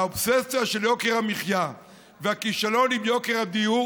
האובססיה של יוקר המחיה והכישלון עם יוקר הדיור